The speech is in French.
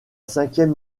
cinquième